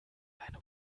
eine